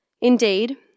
Indeed